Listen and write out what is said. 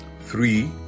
three